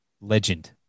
legend